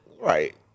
Right